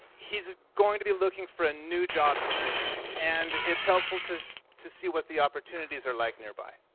he's going to be looking for a new job soon and it's helpful to to see what the opportunities are like nearby.